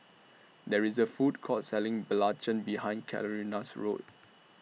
There IS A Food Court Selling Belacan behind Carina's House